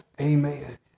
Amen